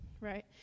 right